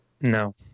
No